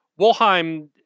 Wolheim